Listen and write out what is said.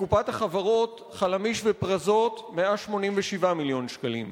בקופת החברות "חלמיש" ו"פרזות" 187 מיליון שקלים.